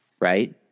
right